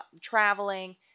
traveling